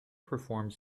performed